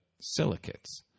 silicates